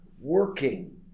working